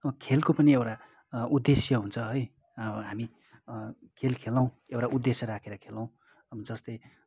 खेलको पनि एउटा उद्देश्य हुन्छ है हामी खेल खेलौँ एउटा उद्देश्य राखेर खेलौँ अब जस्तै